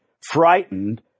frightened